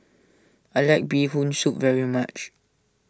I like Bee Hoon Soup very much